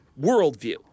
worldview